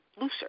looser